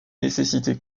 nécessité